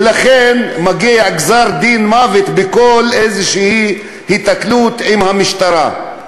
ולכן מגיע גזר-דין מוות בכל איזו היתקלות עם המשטרה.